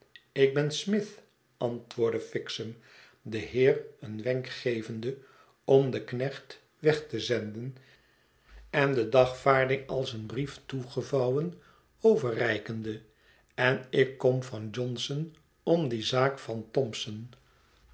ik ben smith antwoordde fixem den heer een wenk gevende om den knecht weg te zenden en de dagvaarding als een brief toegevouwen overreikende en ikkom van johnson om die zaak van thompson